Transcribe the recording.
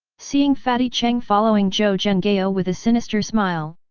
seeing fatty cheng following zhou zhenghao ah with a sinister smile,